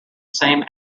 same